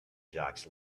jocks